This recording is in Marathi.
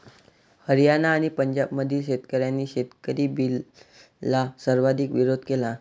हरियाणा आणि पंजाबमधील शेतकऱ्यांनी शेतकरी बिलला सर्वाधिक विरोध केला